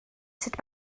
sut